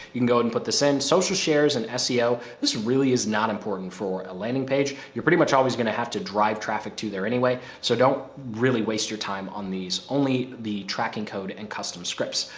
you can go ahead and put this in social shares and seo, this really is not important for a landing page. you're pretty much always gonna have to drive traffic to there anyway. so don't really waste your time on these only the tracking code and custom scripts.